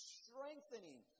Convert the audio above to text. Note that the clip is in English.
strengthening